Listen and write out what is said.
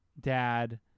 Dad